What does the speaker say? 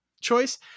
choice